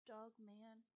Dogman